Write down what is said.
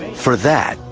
for that,